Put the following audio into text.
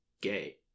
gay